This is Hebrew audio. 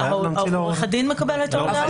עורך הדין מקבל את ההודעה?